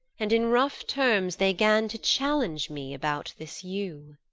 and in rough terms they gan to challenge me about this yew.